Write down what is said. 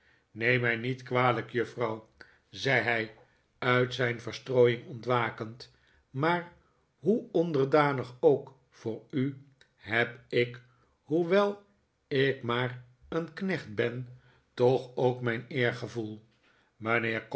neem mij niet kwalijk juffrouw zei hij uit zijn verstrooiing ontwakend maar hoe onderdanig ook voor u heb ik hoewel ik maar een knecht ben toch ook mijn eergevoel